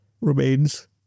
remains